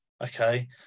okay